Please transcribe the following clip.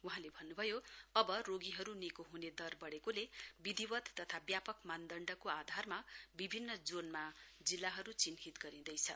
वहाँले भन्नु भयो अब रोगीहरू निको ह्ने दर बडेको विधिवत तथा व्यापक मानदण्डको आधारमा विभिन्न जोनमा जिल्लाहरू चिन्हित गरिँदैछ